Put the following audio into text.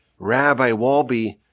RabbiWalby